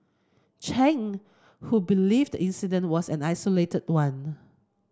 Chen who believes the incident was an isolated one